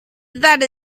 that